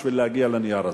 בשביל להגיע לנייר הזה.